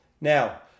Now